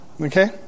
Okay